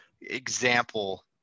example